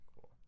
Cool